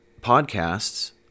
podcasts